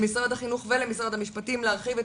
למשרד החינוך ולמשרד המשפטים להרחיב את